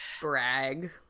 Brag